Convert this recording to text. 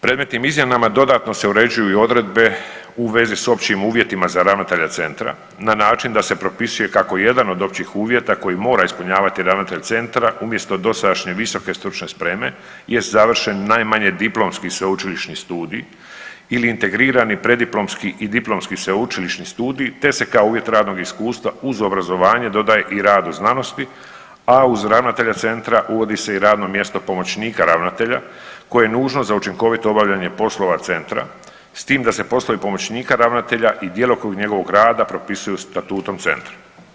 Predmetnim izmjenama dodatno se uređuju i odredbe u vezi s općim uvjetima za ravnatelja centra na način da se propisuje kako je jedan od općih uvjeta koji mora ispunjavati ravnatelj centra umjesto dosadašnje visoke stručne spreme jest završen najmanje diplomski sveučilišni studij ili integrirani preddiplomski i diplomski sveučilišni studij te se kao uvjet radnog iskustva uz obrazovanje dodaje i rad u znanosti, a uz ravnatelja centra uvodi se i radno mjesto pomoćnika ravnatelja koje je nužno za učinkovito obavljanje poslova centra s tim da se poslovi pomoćnika ravnatelja i djelokrug njegovog rada propisuju statutom centra.